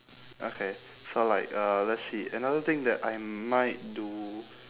okay so like uh let's see another thing that I might do